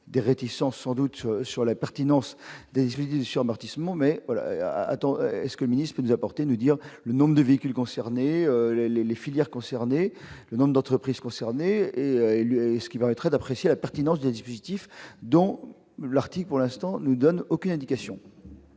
des réticences sans doute sur la pertinence des éditions Marty seulement mais à est-ce que le ministre nous apporter nous dire le nombre de véhicules concernés les les filières concernées : le nombre d'entreprises concernées, élus, ce qui va être d'apprécier la pertinence de dispositifs dans l'article, pour l'instant nous donne aucune indication.